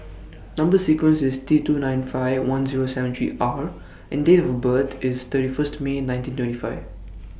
Number sequence IS T two nine five one Zero seven three R and Date of birth IS thirty First May nineteen twenty five